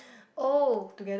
oh